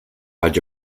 vaig